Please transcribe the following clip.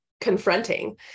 confronting